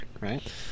right